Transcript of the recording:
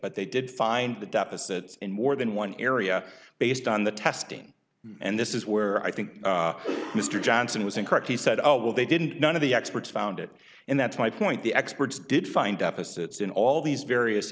but they did find the deficit in more than one area based on the testing and this is where i think mr johnson was incorrect he said oh well they didn't none of the experts found it and that's my point the experts did find opposites in all these various